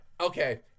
Okay